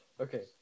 Okay